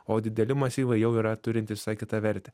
o dideli masyvai jau yra turintys visai kitą vertę